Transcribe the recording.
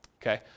okay